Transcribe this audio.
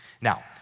Now